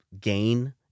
gain